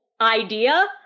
idea